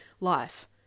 Life